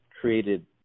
created